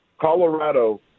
Colorado